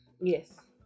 Yes